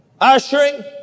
Ushering